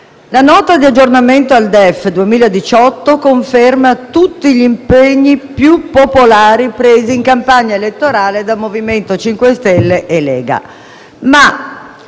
la Nota di aggiornamento al DEF 2018 conferma tutti gli impegni più popolari presi in campagna elettorale da Movimento 5 Stelle e Lega, ma